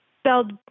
spelled